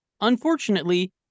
Unfortunately